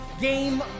Game